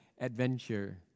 adventure